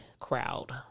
crowd